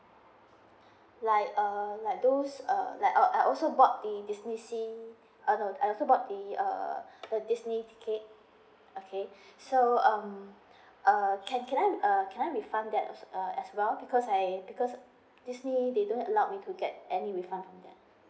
like uh like those um like uh I also bought the disney sea uh no I also bought the uh disney ticket okay so um err can can I uh can I refund that as uh as well because I because disney they don't allow me to get any refund